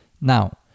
Now